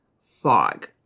fog